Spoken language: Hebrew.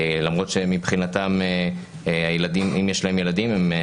למרות שמבחינתם אם יש להם ילדים אין